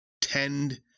tend